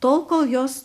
tol kol jos